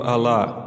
Allah